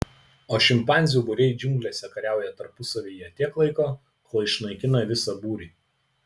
o šimpanzių būriai džiunglėse kariauja tarpusavyje tiek laiko kol išnaikina visą būrį